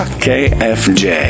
Kfj